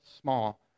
small